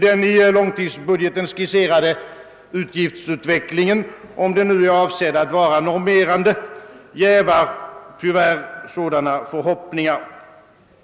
Den i långtidsbudgeten skisserade utgiftsutvecklingen — om den nu är avsedd att vara normerande — jävar tyvärr sådana förhoppningar.